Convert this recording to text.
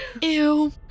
Ew